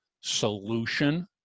solution